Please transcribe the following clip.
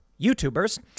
YouTubers